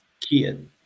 kid